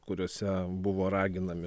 kuriuose buvo raginami